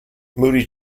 moody